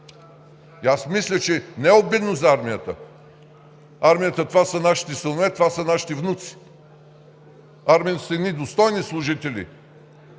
Мисля, че не е обидно за армията. Армията – това са нашите синове, това са нашите внуци. В армията са едни достойни служители,